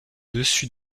dessus